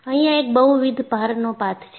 અહિયાં એક બહુવિધ ભારનો પાથ છે